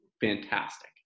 fantastic